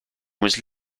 was